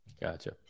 Gotcha